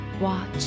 Watch